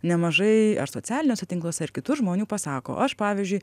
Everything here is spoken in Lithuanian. nemažai ar socialiniuose tinkluose ar kitur žmonių pasako aš pavyzdžiui